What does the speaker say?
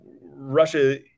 Russia